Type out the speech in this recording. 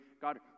God